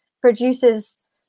produces